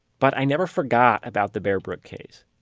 but i never forgot about the bear brook case,